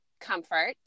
comfort